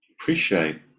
appreciate